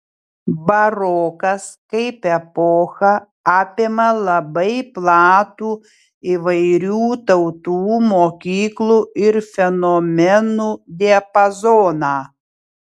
barokas kaip epocha apima labai platų įvairių tautų mokyklų ir fenomenų diapazoną